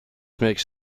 makes